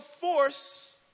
force